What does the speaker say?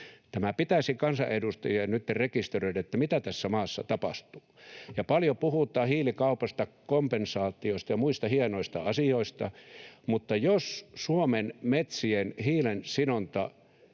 Tämä pitäisi kansanedustajien nyt rekisteröidä, mitä tässä maassa tapahtuu. Ja paljon puhutaan hiilikaupasta, kompensaatioista ja muista hienoista asioista, mutta jos Suomen metsien hiilensidonta